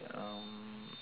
um